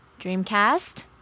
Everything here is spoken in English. Dreamcast